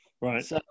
Right